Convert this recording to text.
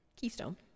Keystone